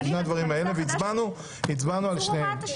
והצבענו על שניהם.